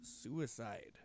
suicide